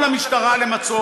נתת לו מילה.